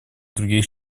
других